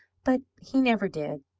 but he never did.